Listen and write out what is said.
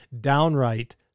downright